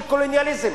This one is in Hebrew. של קולוניאליזם